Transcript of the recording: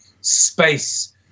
space